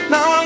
Now